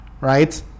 right